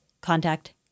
Contact